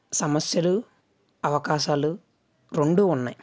సమస్యలు అవకాశాలు రెండూ ఉన్నాయి